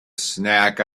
snack